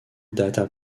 data